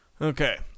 okay